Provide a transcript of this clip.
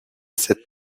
cette